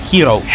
Hero